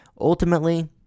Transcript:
ultimately